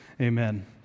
Amen